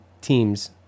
teams